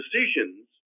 decisions